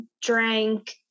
drank